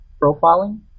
profiling